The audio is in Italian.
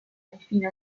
infine